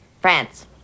France